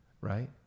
Right